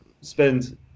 spend